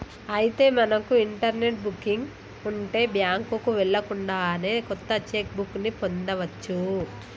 అయితే మనకు internet booking ఉంటే బ్యాంకుకు వెళ్ళకుండానే కొత్త చెక్ బుక్ ని పొందవచ్చు